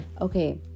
okay